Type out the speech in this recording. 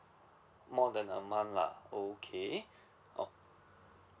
more than a month lah okay oh